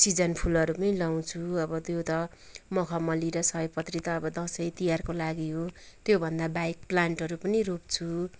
season फुलहरू पनि लाउँछु अब त्यो त मखमली र सयपत्री त अब दसैँ तिहारको लागि हो त्योभन्दा बाहेक प्लान्टहरू पनि रोप्छु